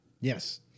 Yes